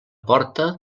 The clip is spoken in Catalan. porta